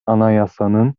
anayasanın